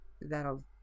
that'll